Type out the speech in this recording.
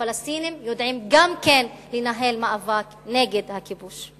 הפלסטינים יודעים גם כן לנהל מאבק נגד הכיבוש.